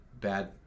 bad